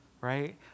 Right